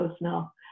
now